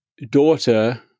daughter